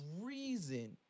reason